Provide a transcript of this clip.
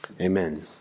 Amen